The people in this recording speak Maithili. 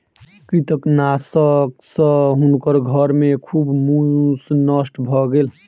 कृंतकनाशक सॅ हुनकर घर के सब मूस नष्ट भ गेल